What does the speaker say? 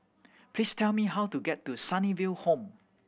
please tell me how to get to Sunnyville Home